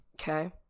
Okay